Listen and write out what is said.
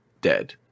dead